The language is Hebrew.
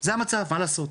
זה המצב מה לעשות.